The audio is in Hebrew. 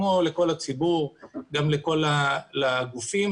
כמו לכל הציבור ולכל הגופים.